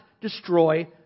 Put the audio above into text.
destroy